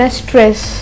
stress